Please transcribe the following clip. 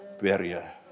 barrier